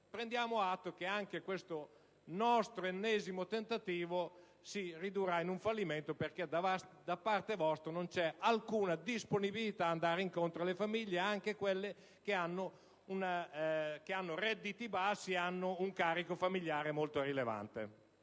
Prendiamo atto che anche questo ennesimo nostro tentativo si ridurrà in un fallimento, perché da parte vostra non c'è alcuna disponibilità ad andare incontro alle famiglie, anche quelle che hanno redditi bassi e un carico familiare molto rilevante.